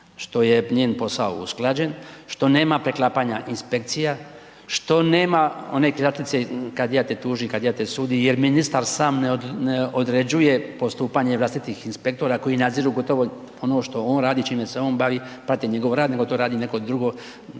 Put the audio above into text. što je njen posao usklađen, što nema preklapanja inspekcija, što nema one krilatice „kadija te tuži, kadija te sudi“ jer ministar sam ne određuje postupanje vlastitih inspektora koji nadziru gotovo ono što on radi, čime se on bavi, prate njegov rad, nego to radi neko drugo